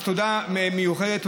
אז תודה מיוחדת.